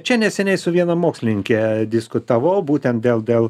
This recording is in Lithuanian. čia neseniai su viena mokslininke diskutavau būtent dėl dėl